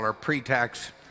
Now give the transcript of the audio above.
pre-tax